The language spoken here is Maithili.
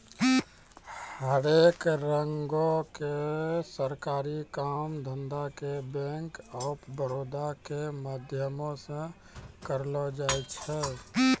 हरेक रंगो के सरकारी काम धंधा के बैंक आफ बड़ौदा के माध्यमो से करलो जाय छै